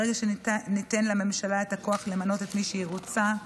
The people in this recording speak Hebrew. ברגע שניתן לממשלה את הכוח למנות את מי שהיא רוצה,